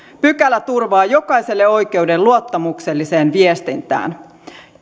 pykälä turvaa jokaiselle oikeuden luottamukselliseen viestintään